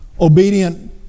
obedient